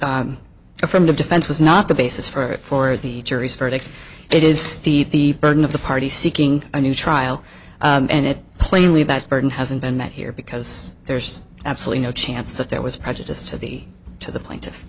the affirmative defense was not the basis for it for the jury's verdict it is the burden of the party seeking a new trial and it plainly that burden hasn't been met here because there's absolutely no chance that there was prejudice to the to the plaint